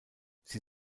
sie